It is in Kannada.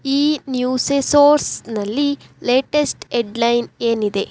ಈ ನ್ಯೂಸೆ ಸೋರ್ಸ್ನಲ್ಲಿ ಲೇಟೆಸ್ಟ್ ಹೆಡ್ಲೈನ್ ಏನಿದೆ